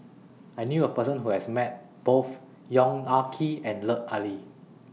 I knew A Person Who has Met Both Yong Ah Kee and Lut Ali